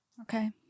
okay